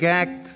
act